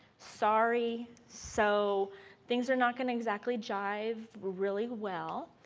sorry, so things are not going to exactly jive really well.